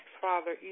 Father